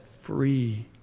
free